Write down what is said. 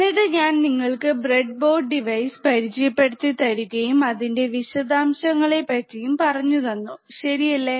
എന്നിട്ട് ഞാൻ നിങ്ങൾക്ക് ബ്രെഡ് ബോർഡ് ഡിവൈസ് പരിചയപ്പെടുത്തി തരുകയും അതിൻറെ വിശദാംശങ്ങളെ പറ്റിയും പറഞ്ഞുതന്നു ശരിയല്ലേ